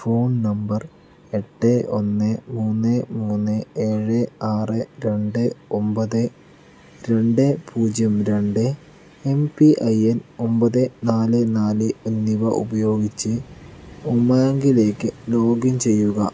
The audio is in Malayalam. ഫോൺ നമ്പർ എട്ട് ഒന്ന് മൂന്ന് മൂന്ന് ഏഴ് ആറ് രണ്ട് ഒമ്പത് രണ്ട് പൂജ്യം രണ്ട് എം പി ഐ എൻ ഒമ്പത് നാല് നാല് എന്നിവ ഉപയോഗിച്ച് ഉമാംഗിലേക്ക് ലോഗിൻ ചെയ്യുക